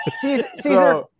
Caesar